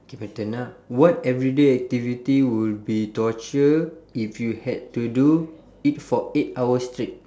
K my turn ah what everyday activity will be torture if you had to do it for eight hours straight